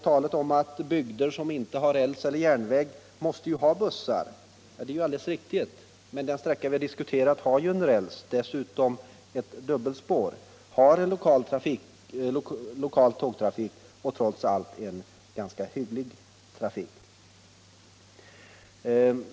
Talet om att bygder som inte har räls eller järnväg måste ha bussar är alldeles riktigt. Men den sträcka vi diskuterat har ju räls och dessutom ett dubbelspår, den har lokal tågtrafik och trots allt en ganska hygglig trafik.